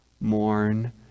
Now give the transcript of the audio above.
mourn